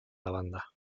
lavanda